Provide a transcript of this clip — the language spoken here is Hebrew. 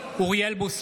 אוריאל בוסו,